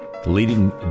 Leading